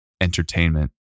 entertainment